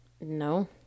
No